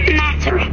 matter